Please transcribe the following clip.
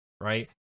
right